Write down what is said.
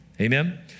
Amen